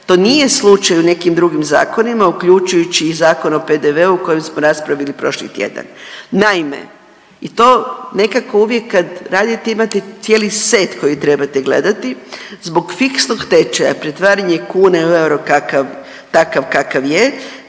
To nije slučaj u nekim drugim zakonima uključujući i Zakon o PDV koji smo raspravili prošli tjedan. Naime, i to nekako uvijek kad radite imate cijeli set koji trebate gledati zbog fiksnog tečaja pretvaranje kune u euro kakav, takav